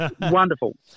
Wonderful